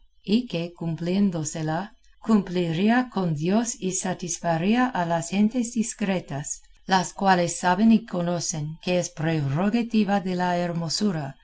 y que cumpliéndosela cumpliría con dios y satisfaría a las gentes discretas las cuales saben y conocen que es prerrogativa de la hermosura